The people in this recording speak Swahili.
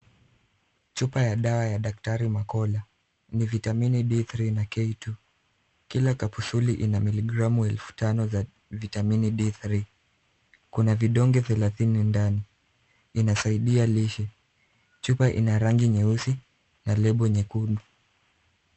Chupa ya dawa ya daktari Mercola, ni vitamini D3 na K2 kila kapufuli ina miligramu elfu tano za vitamini D3. Kuna vidonge thelathini ndani, inasaidia lishe. Chupa ina rangi nyeusi na lebo nyekundu.